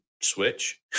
switch